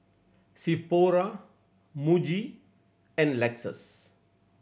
Sephora Muji and Lexus